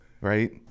right